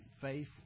Faith